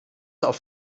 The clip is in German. auf